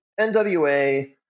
NWA